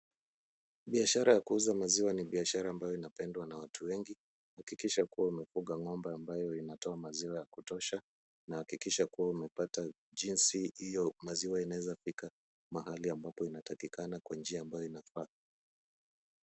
Biashara ya kuuza maziwa ni biashara ambayo inapendwa na watu wengi. Hakikisha kuwa umefuga ng'ombe ambayo inatoa maziwa ya kutosha na hakikisha kuwa umepata jinsi hiyo maziwa inaweza fika mahali ambapo inatakikana kwa njia ambayo inafaa.